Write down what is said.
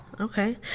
okay